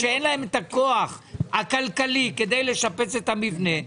שאין להם את הכוח הכלכלי כדי לשפץ את המבנה,